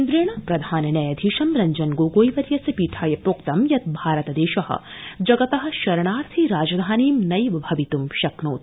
केन्द्रेण प्रधान न्यायाधीशं रञ्जन गोगोई वर्यस्य पीठाय प्रोक्तं यत् भारतदेश जगत शरणार्थि राजधानी नैव भवित् शक्नोति